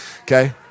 Okay